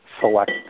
select